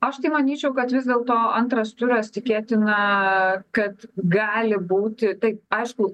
aš tai manyčiau kad vis dėlto antras turas tikėtina kad gali būti taip aišku